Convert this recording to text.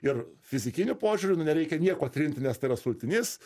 ir fizikiniu požiūriu nu nereikia nieko trinti nes tai yra sultinys